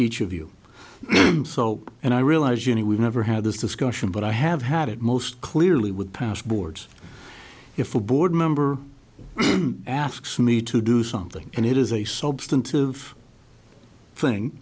each of you and i realize you know we've never had this discussion but i have had it most clearly with past boards if a board member asks me to do something and it is a substantive thing